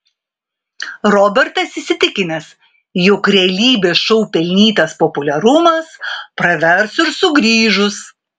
robertas įsitikinęs jog realybės šou pelnytas populiarumas pravers ir sugrįžus